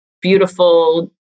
beautiful